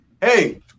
hey